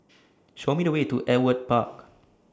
Show Me The Way to Ewart Park